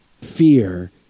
Fear